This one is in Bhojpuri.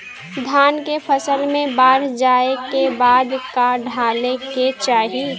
धान के फ़सल मे बाढ़ जाऐं के बाद का डाले के चाही?